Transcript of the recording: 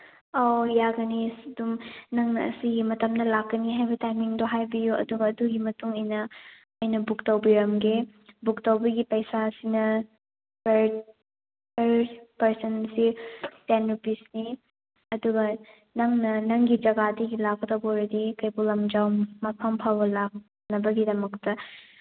ꯑꯧ ꯌꯥꯒꯅꯤ ꯑꯗꯨꯝ ꯅꯪꯅ ꯑꯁꯤꯒꯤ ꯃꯇꯝꯗ ꯂꯥꯛꯀꯅꯤ ꯍꯥꯏꯕ ꯇꯥꯏꯃꯤꯡꯗꯣ ꯍꯥꯏꯕꯤꯌꯨ ꯑꯗꯨꯒ ꯑꯗꯨꯒꯤ ꯃꯇꯨꯡꯏꯟꯅ ꯑꯩꯅ ꯕꯨꯛ ꯇꯧꯕꯤꯔꯝꯒꯦ ꯕꯨꯛ ꯇꯧꯕꯒꯤ ꯄꯩꯁꯥꯁꯤꯅ ꯄꯔ ꯄꯥꯔꯁꯟꯁꯤ ꯇꯦꯟ ꯔꯨꯄꯤꯁꯅꯤ ꯑꯗꯨꯒ ꯅꯪꯅ ꯅꯪꯒꯤ ꯖꯒꯥꯗꯒꯤ ꯂꯥꯛꯀꯗꯧꯕ ꯑꯣꯏꯔꯗꯤ ꯀꯩꯕꯨꯜ ꯂꯝꯖꯥꯎ ꯃꯐꯝ ꯐꯥꯎꯕ ꯂꯥꯛꯅꯕꯒꯤꯗꯃꯛꯇ